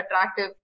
attractive